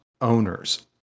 owners